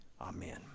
Amen